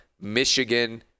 Michigan